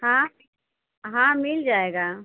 हाँ हाँ मिल जाएगा